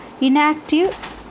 inactive